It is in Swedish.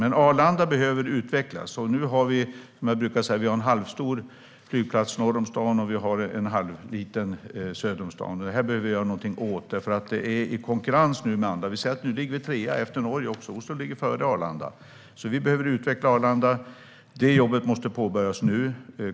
Men Arlanda behöver utvecklas. Nu har vi, som jag brukar säga, en halvstor flygplats norr om stan och en halvliten söder om stan. Detta behöver vi göra något åt. Det råder konkurrens här. Nu ligger vi trea, med Norge före oss. Oslo ligger före Arlanda. Vi behöver utveckla Arlanda, och det jobbet måste påbörjas nu.